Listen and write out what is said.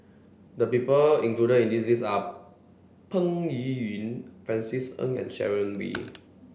the people included in the list are Peng Yuyun Francis Ng and Sharon Wee